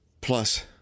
plus